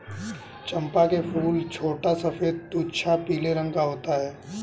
चंपा का फूल छोटा सफेद तुझा पीले रंग का होता है